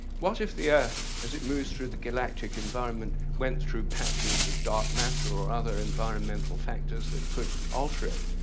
what if the earth, as it moves through the galactic environment went through patches of dark matter or other environmental factors that could alter it?